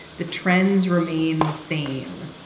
the trends remain the same.